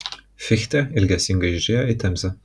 fichtė ilgesingai žiūrėjo į temzę